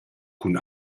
cun